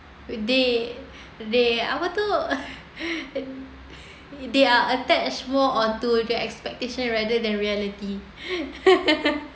they they apa tu they are attached more onto the expectation rather than reality